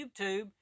youtube